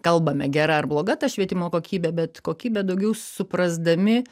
kalbame gera ar bloga ta švietimo kokybė bet kokybę daugiau suprasdami